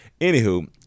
Anywho